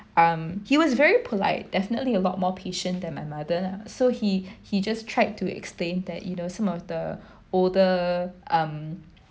um he was very polite definitely about more patient than my mother so he he just tried to explain that you know some of the older um